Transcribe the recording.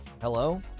Hello